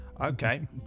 Okay